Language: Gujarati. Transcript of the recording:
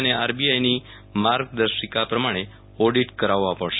અને આરબીઆઈની માર્ગદર્શિકા પ્રમાણે ઓડિટ કરાવવા પડશે